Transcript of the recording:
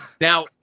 Now